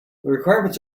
requirements